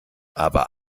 aber